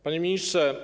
Panie Ministrze!